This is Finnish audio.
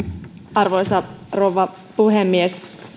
arvoisa rouva puhemies